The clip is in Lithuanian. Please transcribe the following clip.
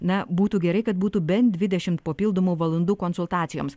na būtų gerai kad būtų bent dvidešimt papildomų valandų konsultacijoms